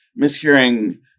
mishearing